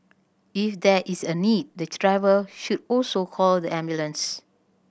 if there is a need the driver should also call the ambulance